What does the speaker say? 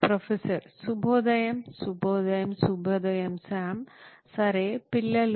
professor శుభోదయం శుభోదయం శుభోదయం సామ్ సరే పిల్లలు